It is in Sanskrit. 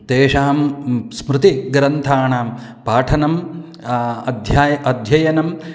तेषां स्मृतिग्रन्थानां पाठनम् अध्यायः अध्ययनं